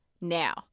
now